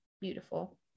beautiful